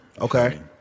Okay